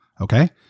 okay